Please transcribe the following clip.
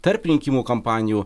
tarp rinkimų kampanijų